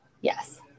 Yes